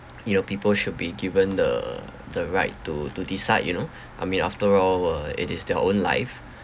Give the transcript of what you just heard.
you know people should be given the the right to to decide you know I mean after all uh it is their own life